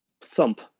thump